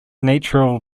natural